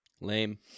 Lame